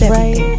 right